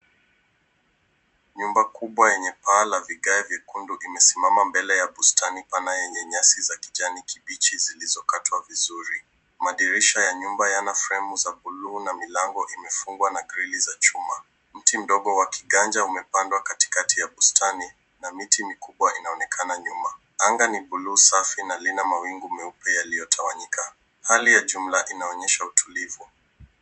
Nyumba kubwa yenye paa la vigae vyekundu imesimama mbele ya bustani pana yenye nyasi za kijani kibichi zilizokatwa vizuri. Madirisha ya nyumba yana fremu za blue na milango imefungwa na grili za chuma. Mti mdogo wa kiganja umepandwa katikati ya bustani na miti mikubwa inanaonekana nyuma. Anga ni blue safi na lina mawingu meupe yaliyotawanyika. Hali ya jumla inaonyesha utulivu.